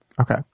Okay